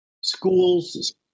Schools